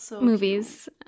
movies